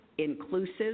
inclusive